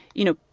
you know,